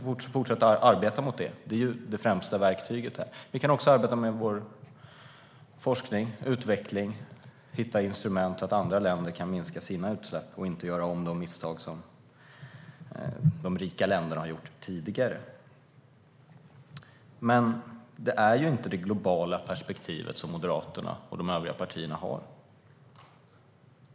Men vi får fortsätta arbeta mot det. Det är det främsta verktyget. Vi kan också arbeta med vår forskning och utveckling för att hitta instrument så att andra länder kan minska sina utsläpp och inte göra om de misstag som de rika länderna har gjort tidigare. Men Moderaterna och de övriga partierna har inte det globala perspektivet.